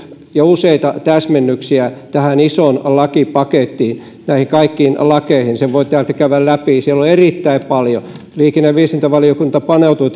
ja useita täsmennyksiä tähän isoon lakipakettiin näihin kaikkiin lakeihin sen voi täältä käydä läpi siellä on erittäin paljon liikenne ja viestintävaliokunta paneutui